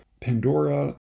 Pandora